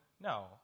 No